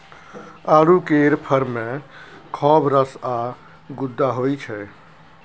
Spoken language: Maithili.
आड़ू केर फर मे खौब रस आ गुद्दा होइ छै